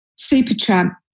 Supertramp